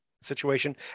situation